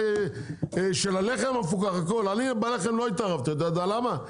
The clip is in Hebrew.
אני בלחם לא התערבתי אתה יודע למה?